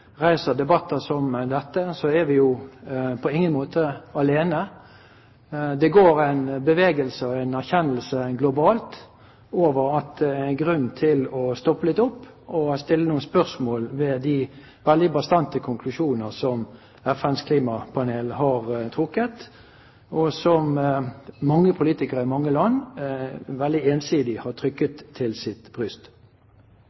det er en erkjennelse globalt av at det er grunn til å stoppe opp og stille noen spørsmål ved de veldig bastante konklusjoner som FNs klimapanel har trukket, og som mange politikere i mange land veldig ensidig har trykket